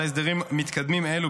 שלהסדרים מתקדמים אלה,